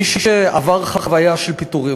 מי שעבר חוויה של פיטורים,